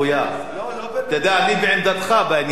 אתה יודע, אני בעמדתך בעניין הזה.